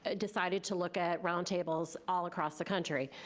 ah decided to look at roundtables all across the country,